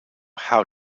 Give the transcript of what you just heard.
how